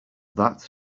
that